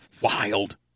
wild